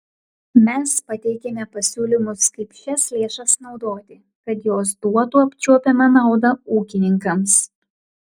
mes pateikėme pasiūlymus kaip šias lėšas naudoti kad jos duotų apčiuopiamą naudą ūkininkams